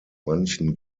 manchen